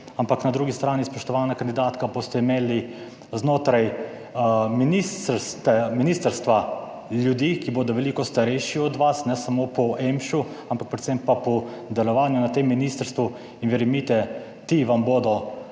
Ampak na drugi strani, spoštovana kandidatka, boste imeli znotraj ministr..., ministrstva ljudi, ki bodo veliko starejši od vas, ne samo po EMŠO ampak predvsem pa po delovanju na tem ministrstvu. In verjemite, ti vam bodo